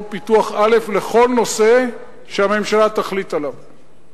פיתוח א' לכל נושא שהממשלה תחליט עליו.